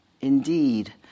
indeed